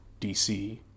DC